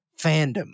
fandom